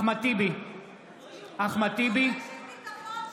אחמד טיבי, אינו נוכח --- רשת ביטחון שלהם.